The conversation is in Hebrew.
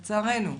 לצערנו,